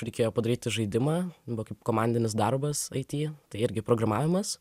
reikėjo padaryti žaidimą buvo kaip komandinis darbas it tai irgi programavimas